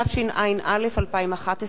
התשע”א 2011,